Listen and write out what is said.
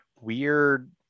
weird